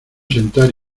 sentar